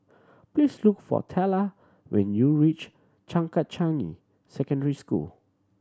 please look for Teela when you reach Changkat Changi Secondary School